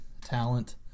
talent